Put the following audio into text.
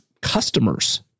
customers